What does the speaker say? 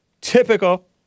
Typical